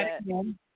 again